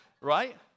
right